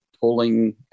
pulling